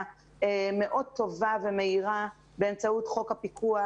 מאוד טובה ומהירה באמצעות חוק הפיקוח,